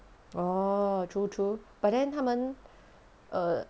orh true true but then 他们 err